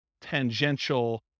tangential